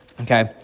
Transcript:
Okay